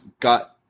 got